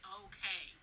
okay